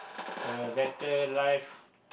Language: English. a better life